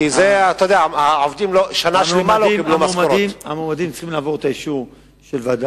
כי אתה יודע, העובדים לא קיבלו משכורות שנה שלמה.